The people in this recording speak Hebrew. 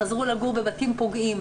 חזרו לגור בבתים פוגעים.